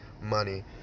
money